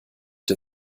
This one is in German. der